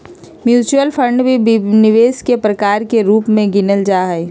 mutual fund भी निवेश के प्रकार के रूप में गिनल जाहई